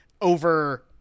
over